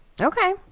Okay